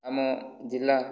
ଆମ ଜିଲ୍ଲା